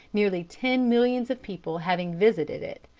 nearly ten millions of people having visited it,